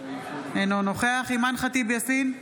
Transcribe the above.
אינו נוכח אימאן ח'טיב יאסין,